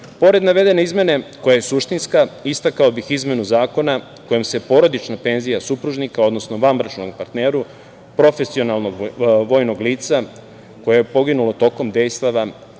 navedene izmene, koja je suštinska, istakao bih izmenu zakona kojom se porodična penzija supružnika, odnosno vanbračnom partneru profesionalnog vojnog lica koje je poginulo tokom dejstava